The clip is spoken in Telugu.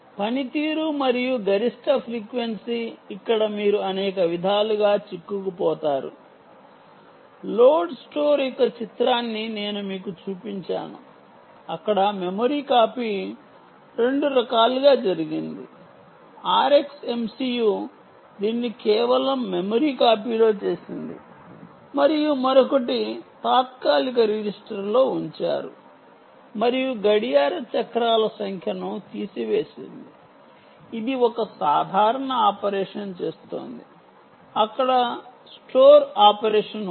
పనితీరు మరియు గరిష్ట frequency ఇక్కడ మీరు అనేక విధాలుగా చిక్కుకుపోతారు లోడ్ స్టోర్ యొక్క చిత్రాన్ని నేను మీకు చూపించాను అక్కడ మెమరీ కాపీ రెండు రకాలుగా జరిగింది RX MCU దీన్ని కేవలం మెమరీ కాపీలో చేసింది మరియు మరొకటి తాత్కాలిక రిజిస్టర్లో ఉంచారు మరియు గడియార చక్రాల సంఖ్యను తీసివేసింది ఇది ఒక సాధారణ ఆపరేషన్ చేస్తోంది అక్కడ స్టోర్ ఆపరేషన్ ఉంది